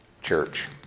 Church